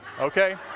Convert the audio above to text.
okay